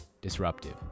disruptive